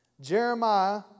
Jeremiah